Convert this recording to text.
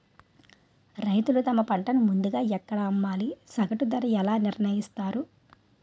రైతులు తమ పంటను ముందుగా ఎక్కడ అమ్మాలి? సగటు ధర ఎలా నిర్ణయిస్తారు?